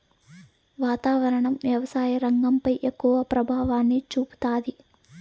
వాతావరణం వ్యవసాయ రంగంపై ఎక్కువ ప్రభావాన్ని చూపుతాది